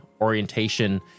orientation